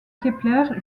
kepler